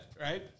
right